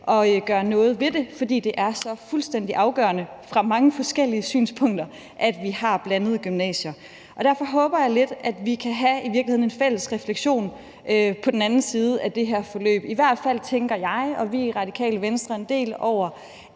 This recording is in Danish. at gøre noget ved det, fordi det er så fuldstændig afgørende, set fra mange forskellige synspunkter, at vi har blandede gymnasier. Derfor håber jeg lidt, at vi i virkeligheden kan have en fælles refleksion på den anden side af det her forløb. I hvert fald tænker jeg og vi i Radikale Venstre en del over,